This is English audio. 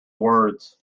words